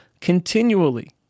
continually